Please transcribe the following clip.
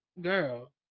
girl